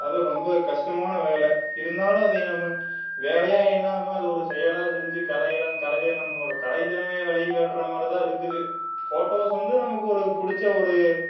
அதெலாம் ரொம்ப கஷ்டமான வேலை இருந்தாலும் அதை நம்ம வேலையாக எண்ணாமல் அது ஒரு செயலாக இருந்துச்சு கலையெல்லாம் கலையை நம்மளோட கலைத் திறமையை வெளிக்காட்டுற மாதிரி தான் இருக்குது ஃபோட்டோஸ் வந்து நமக்கு ஒரு பிடிச்ச ஒரு